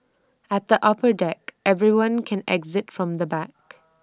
at the upper deck everyone can exit from the back